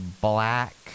black